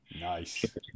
Nice